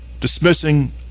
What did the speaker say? dismissing